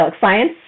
Science